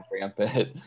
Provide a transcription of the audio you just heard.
rampant